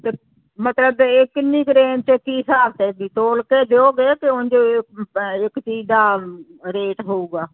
ਅਤੇ ਮਤਲਬ ਇਹ ਕਿੰਨੀ ਕੁ ਰੇਂਜ 'ਚ ਕੀ ਹਿਸਾਬ 'ਤੇ ਤੋਲ ਕੇ ਦਿਓਗੇ ਕੀ ਉਂਝ ਅ ਇੱਕ ਚੀਜ਼ ਦਾ ਰੇਟ ਹੋਵੇਗਾ